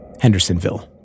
Hendersonville